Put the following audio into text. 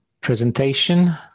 presentation